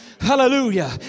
Hallelujah